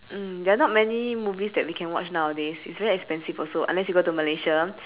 mm there not many movies that we can watch nowadays it's very expensive also unless you go to malaysia